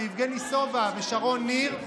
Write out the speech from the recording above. יבגני סובה ושרון ניר,